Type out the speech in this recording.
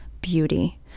beauty